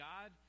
God